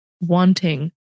wanting